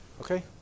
Okay